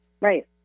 Right